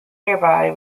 nearby